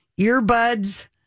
earbuds